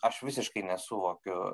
aš visiškai nesuvokiu